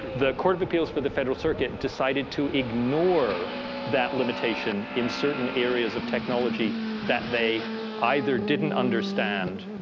the court of appeals for the federal circuit decided to ignore that limitation in certain areas of technology that they either didn't understand